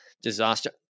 disaster